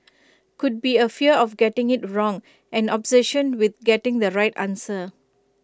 could be A fear of getting IT wrong an obsession with getting the right answer